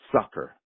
sucker